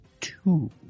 two